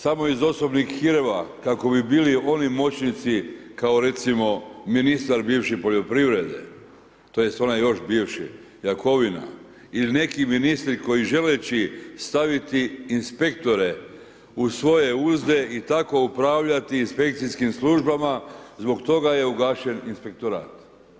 Samo iz osobnih hirova kako bi bili oni moćnici kao recimo ministar bivši poljoprivredi tj. onaj još bivši Jakovina ili neki ministri koji želeći staviti inspektore u svoje uzde i tako opravljati inspekcijskim službama zbog toga je ugašen inspektorat.